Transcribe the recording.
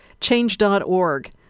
change.org